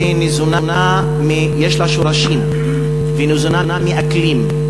יש לה שורשים והיא ניזונה מאקלים,